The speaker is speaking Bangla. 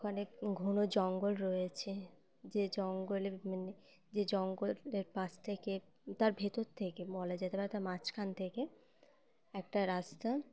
ওখানে ঘন জঙ্গল রয়েছে যে জঙ্গলে মানে যে জঙ্গলের পাশ থেকে তার ভেতর থেকে বলা যেতে পারে তার মাঝখান থেকে একটা রাস্তা